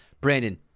Brandon